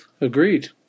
Agreed